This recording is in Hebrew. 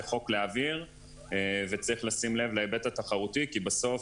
חוק להעביר וצריך לשים לב להיבט התחרותי כי בסוף,